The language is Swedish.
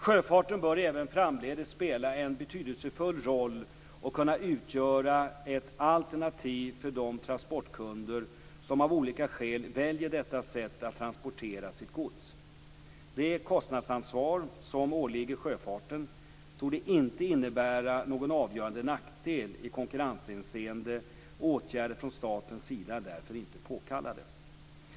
Sjöfarten bör även framdeles spela en betydelsefull roll och kunna utgöra ett alternativ för de transportkunder som av olika skäl väljer detta sätt att transportera sitt gods. Det kostnadsansvar som åligger sjöfarten torde inte innebära någon avgörande nackdel i konkurrenshänseende, och åtgärder från statens sida är därför inte påkallade.